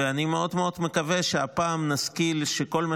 אני מאוד מאוד מקווה שהפעם נשכיל שכל מה